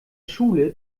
schule